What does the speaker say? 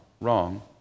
wrong